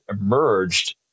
emerged